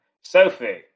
Sophie